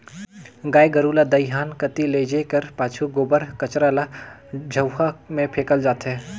गाय गरू ल दईहान कती लेइजे कर पाछू गोबर कचरा ल झउहा मे फेकल जाथे